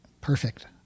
perfect